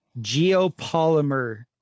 geopolymer